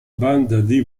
band